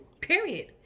Period